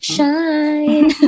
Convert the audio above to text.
Shine